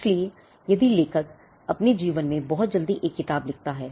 इसलिए यदि लेखक अपने जीवन में बहुत जल्दी एक किताब लिखता है